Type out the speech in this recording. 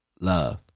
Love